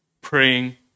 praying